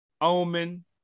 Omen